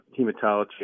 hematology